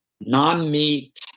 non-meat